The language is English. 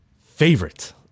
favorite